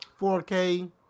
4K